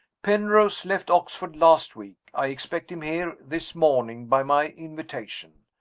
penrose left oxford last week. i expect him here this morning, by my invitation.